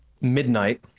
midnight